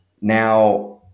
Now